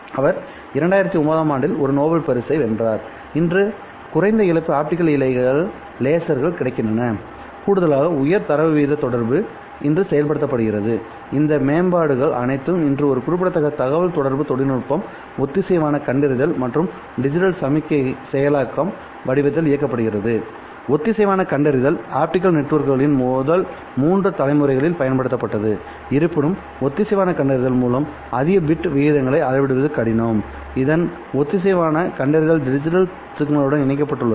அவர் 2009 ஆம் ஆண்டில் ஒரு நோபல் பரிசை வென்றார் இன்று குறைந்த இழப்பு ஆப்டிகல் இழைகள்லேசர்கள் கிடைக்கின்றனகூடுதலாக உயர் தரவு வீத தொடர்பு இன்று செயல்படுத்தப்படுகிறது இந்த மேம்பாடுகள் அனைத்தையும் இன்று ஒரு குறிப்பிடத்தக்க தகவல் தொடர்பு தொழில்நுட்பம் ஒத்திசைவான கண்டறிதல் மற்றும் டிஜிட்டல் சமிக்ஞை செயலாக்கம் வடிவத்தில் இயக்கப்படுகிறது ஒத்திசைவான கண்டறிதல் ஆப்டிகல் நெட்வொர்க்குகளின் முதல் மூன்று தலைமுறைகளில் பயன்படுத்தப்பட்டது இருப்பினும் ஒத்திசைவான கண்டறிதல் மூலம் அதிக பிட் விகிதங்களை அளவிடுவது கடினம் இன்று ஒத்திசைவான கண்டறிதல் டிஜிட்டல் சிக்னலுடன் இணைக்கப்பட்டுள்ளது